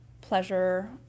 pleasure